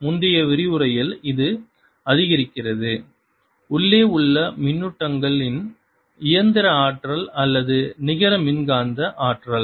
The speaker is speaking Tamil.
முந்தைய விரிவுரையில் இது அதிகரிக்கிறது உள்ளே உள்ள மின்னூட்டங்கள் இன் இயந்திர ஆற்றல் அல்லது நிகர மின்காந்த ஆற்றல்